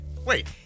Wait